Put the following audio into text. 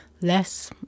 less